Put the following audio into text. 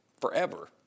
forever